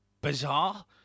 bizarre